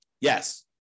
Yes